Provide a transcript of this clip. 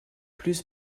plus